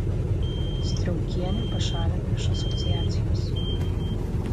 striaukienę pašalino iš asociacijos